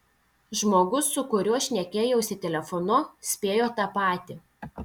žmogus su kuriuo šnekėjausi telefonu spėjo tą patį